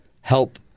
help